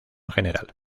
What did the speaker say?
general